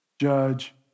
judge